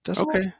Okay